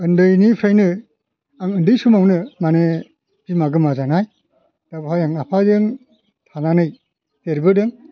ओन्दैनिफ्रायनो आं ओन्दै समावनो माने बिमा गोमा जानाय दा बहाय आं आफाजों थानानै देरबोदों